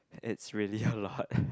it's really a lot